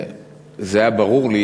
היה ברור לי